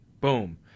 boom